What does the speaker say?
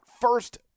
first